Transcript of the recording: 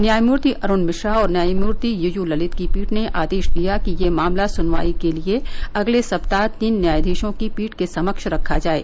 न्यायमूर्ति अरूण मिश्रा और न्यायमूर्ति यूयू ललित की पीठ ने आदेश दिया कि यह मामला सुनवाई के लिए अगले सप्ताह तीन न्यायावीशों की पीठ के समक्ष रखा जाये